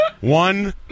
One